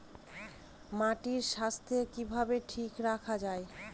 মাটির স্বাস্থ্য কিভাবে ঠিক রাখা যায়?